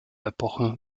epoche